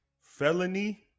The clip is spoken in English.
felony